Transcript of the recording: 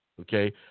Okay